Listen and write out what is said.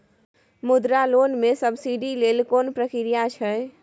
मुद्रा लोन म सब्सिडी लेल कोन प्रक्रिया छै?